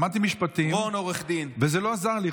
למדתי משפטים וזה לא עזר לי.